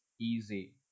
easy